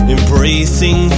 Embracing